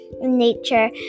Nature